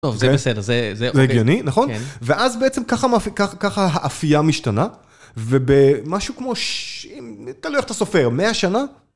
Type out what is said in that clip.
טוב, זה בסדר, זה הגיוני, נכון? ואז בעצם ככה האפייה משתנה, ובמשהו כמו ש... תלוי איך אתה סופר, 100 שנה?